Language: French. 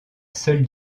seule